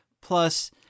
Plus